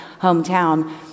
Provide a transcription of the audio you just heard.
hometown